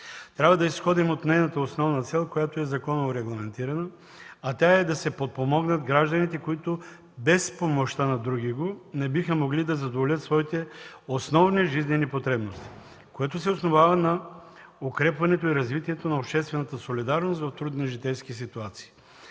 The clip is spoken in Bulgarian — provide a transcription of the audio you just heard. Трябва да изходим от нейната основна цел, която е законово регламентирана – да се подпомогнат гражданите, които без помощта на другиго не биха могли да задоволят своите основни жизнени потребности, което се основава на укрепването и развитието на обществената солидарност в трудни житейски ситуации.